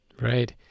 Right